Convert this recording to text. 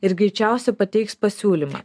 ir greičiausiai pateiks pasiūlymą